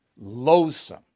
Loathsome